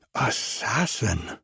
assassin